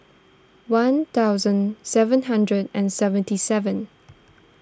one thousand seven hundred and seventy seven